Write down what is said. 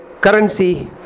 currency